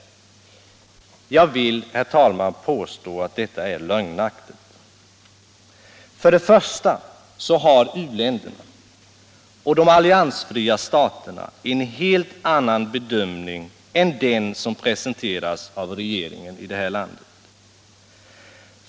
Jag vill, herr talman, påstå att detta är lögnaktigt. För det första har u-länderna och de alliansfria staterna en helt annan bedömning än den som presenteras av regeringen i det här landet.